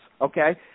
okay